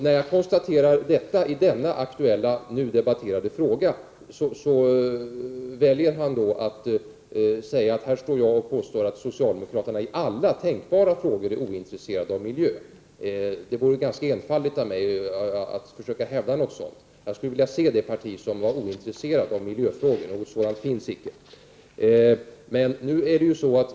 När jag konstaterar detta i denna aktuella nu debatterade fråga väljer Hans Gustafsson att säga att jag påstår att socialdemokraterna i alla tänkbara frågor är ointresserade av miljön. Det vore ganska enfaldigt av mig att försöka hävda något sådant. Jag skulle vilja se det parti som är ointresserat av miljöfrågorna — något sådant finns icke.